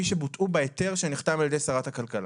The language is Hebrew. שבוטאו בהיתר שנחתם על ידי שרת הכלכלה.